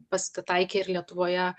pasitaikė ir lietuvoje